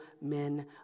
men